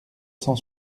cent